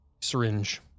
syringe